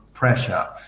pressure